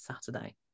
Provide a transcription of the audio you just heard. Saturday